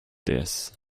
this